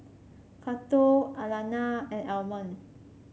Cato Alannah and Almond